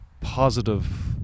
positive